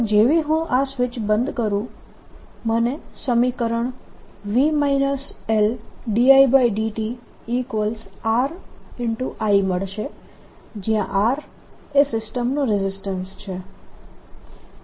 તો જેવી હું આ સ્વીચ બંધ કરું મને સમીકરણ v L dIdtR I મળશે જયાં R એ સિસ્ટમનો રેઝિસ્ટન્સ છે